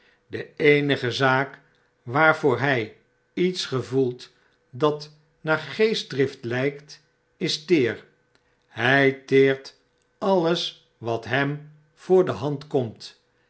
de eenige zaak waarvoor hy iets gevoelt dat naar geestdrift lijkt is teer hy teert alles wat hem voor de hand komt